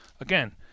again